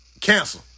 cancel